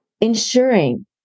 ensuring